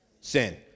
Sin